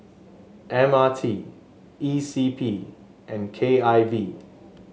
M R T E C P and K I V